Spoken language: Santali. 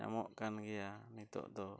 ᱧᱟᱢᱚᱜ ᱠᱟᱱ ᱜᱮᱭᱟ ᱱᱤᱛᱚᱜ ᱫᱚ